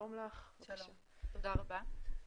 תודה רבה.